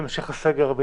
מתוך קולגיאליות לחברי,